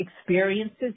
experiences